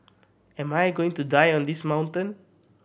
am I going to die on this mountain